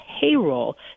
payroll